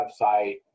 website